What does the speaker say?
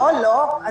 לא, לא.